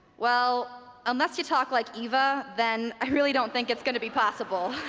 well, unless you talk like eva then i really don't think it's gonna be possible